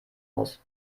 muss